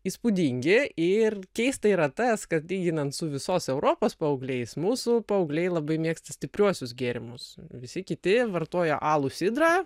įspūdingi ir keista yra tas kad lyginant su visos europos paaugliais mūsų paaugliai labai mėgsta stipriuosius gėrimus visi kiti vartoja alų sidrą